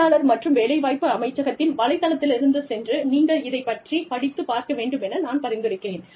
தொழிலாளர் மற்றும் வேலைவாய்ப்பு அமைச்சகத்தின் வலைத்தளத்திற்கு சென்று நீங்கள் இது பற்றிப் படித்துப் பார்க்க வேண்டுமென நான் பரிந்துரைக்கிறேன்